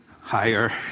Higher